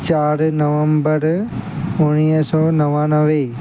चारि नवंबर उणिवीह सौ नवानवे